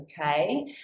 okay